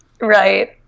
Right